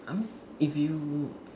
I mean if you